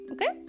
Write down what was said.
Okay